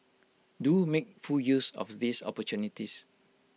do make full use of these opportunities